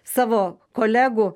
savo kolegų